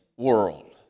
world